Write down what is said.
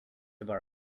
borrow